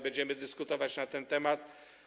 Będziemy dyskutować na ten temat.